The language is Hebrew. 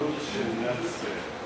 הריבונות של מדינת ישראל.